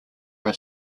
were